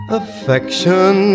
affection